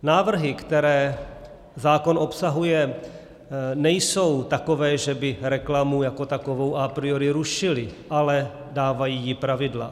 Návrhy, které zákon obsahuje, nejsou takové, že by reklamu jako takovou a priori rušily, ale dávají jí pravidla.